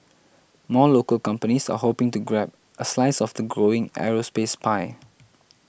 more local companies are hoping to grab a slice of the growing aerospace pie